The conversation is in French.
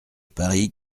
parie